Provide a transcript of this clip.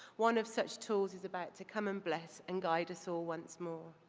one of such tools is about to come and bless and guide us all once more.